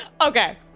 Okay